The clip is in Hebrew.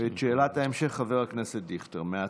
ואת שאלת ההמשך ישאל חבר הכנסת דיכטר מהצד.